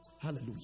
Hallelujah